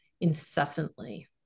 incessantly